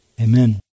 Amen